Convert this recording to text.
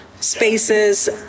spaces